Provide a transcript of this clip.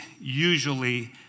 usually